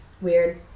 Weird